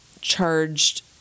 charged